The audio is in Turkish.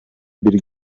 biri